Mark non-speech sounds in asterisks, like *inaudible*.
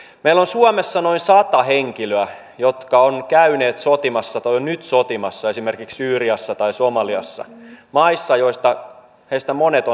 meillä on suomessa noin sata henkilöä jotka ovat käyneet sotimassa tai ovat nyt sotimassa esimerkiksi syyriassa tai somaliassa maissa joista monet *unintelligible*